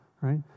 right